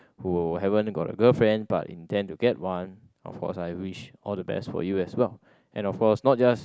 who haven't got a girlfriend but intent to get one of course I wish all the best for you as well and of course not just